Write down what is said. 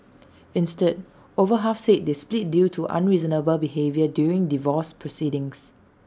instead over half said they split due to unreasonable behaviour during divorce proceedings